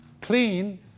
clean